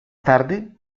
tarde